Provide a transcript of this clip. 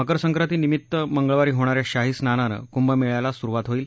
मकरसंक्रांती निमित्त मंगळवारी होणा या शाही स्नानानं कुंभमेळ्याला सुरुवात होईल